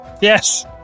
Yes